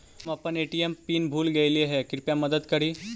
हम अपन ATM PIN भूल गईली हे, कृपया मदद करी